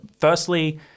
firstly